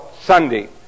Sunday